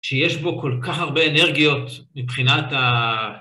שיש בו כל כך הרבה אנרגיות מבחינת ה...